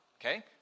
okay